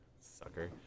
sucker